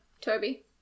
Toby